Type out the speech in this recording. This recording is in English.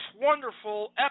wonderful